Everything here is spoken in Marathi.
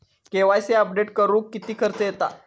के.वाय.सी अपडेट करुक किती खर्च येता?